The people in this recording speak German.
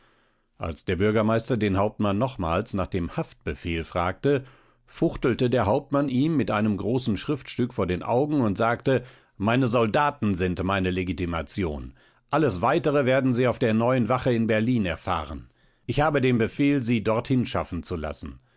als der bürgermeister den hauptmann nochmals nach dem haftbefehl fragte fuchtelte der hauptmann ihm mit einem großen schriftstück vor den augen und sagte meine soldaten sind meine legitimation alles weitere werden sie auf der neuen wache in berlin erfahren ich habe den befehl sie dorthin schaffen zu lassen